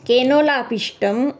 केनोलापिष्टम्